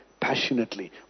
passionately